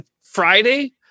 Friday